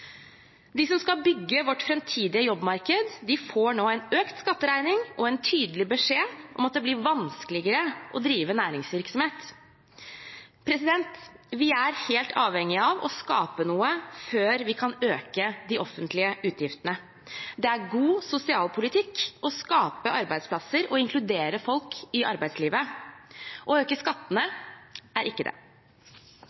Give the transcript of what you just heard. De som skal bygge vårt framtidige jobbmarked, får nå en økt skatteregning og en tydelig beskjed om at det blir vanskeligere å drive næringsvirksomhet. Vi er helt avhengige av å skape noe før vi kan øke de offentlige utgiftene. Det er god sosialpolitikk å skape arbeidsplasser og inkludere folk i arbeidslivet – å øke skattene